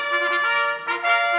(חברי הכנסת מכבדים בקימה את צאת נשיא